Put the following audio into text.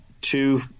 two